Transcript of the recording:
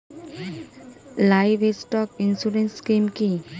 Livestock insurance scheme কি?